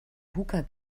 hooker